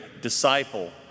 disciple